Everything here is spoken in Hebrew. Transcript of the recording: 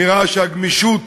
נראה שהגמישות